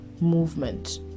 movement